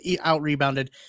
out-rebounded